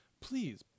please